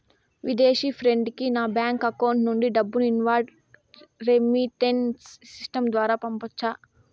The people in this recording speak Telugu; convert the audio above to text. విదేశీ ఫ్రెండ్ కి నా బ్యాంకు అకౌంట్ నుండి డబ్బును ఇన్వార్డ్ రెమిట్టెన్స్ సిస్టం ద్వారా పంపొచ్చా?